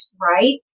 right